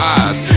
eyes